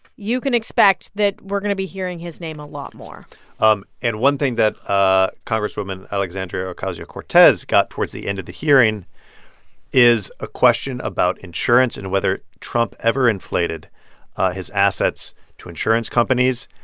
you can expect that we're going to be hearing his name a lot more um and one thing that ah congresswoman alexandria ocasio-cortez got towards the end of the hearing is a question about insurance and whether trump ever inflated his assets to insurance companies.